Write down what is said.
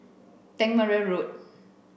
Tangmere Road